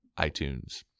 iTunes